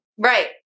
Right